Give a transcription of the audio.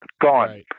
gone